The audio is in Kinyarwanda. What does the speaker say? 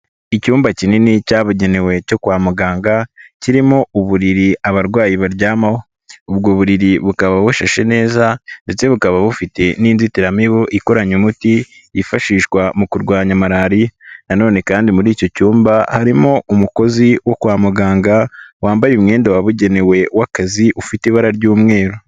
Icyumba kinini cyabugenewe cyo kwa muganga kirimo uburiri abarwayi baryamaho, ubwo buriri bukaba bushashe neza ndetse bukaba bufite n'inzitiramibu ikoranye umuti yifashishwa mu kurwanya malariya, nanone kandi muri icyo cyumba harimo umukozi wo kwa muganga wambaye umwenda wabugenewe w'akazi ufite ibara ry'umweru.